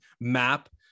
map